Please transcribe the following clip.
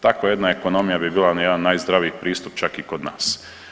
Takva jedna ekonomija bi bila na jedan najzdraviji pristup čak i kod nas.